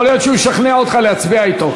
יכול להיות שהוא ישכנע אותך להצביע אתו.